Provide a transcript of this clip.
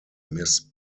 miss